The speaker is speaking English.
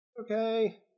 Okay